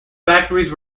factories